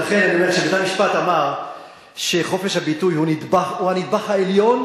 ולכן בית-המשפט אמר שחופש הביטוי הוא הנדבך העליון,